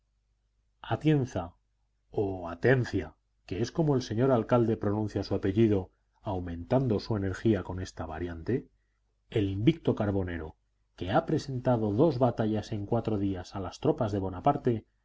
atienza o atencia que es como el señor alcalde pronuncia su apellido aumentando su energía con esta variante el invicto carbonero que ha presentado dos batallas en cuatro días a las tropas de bonaparte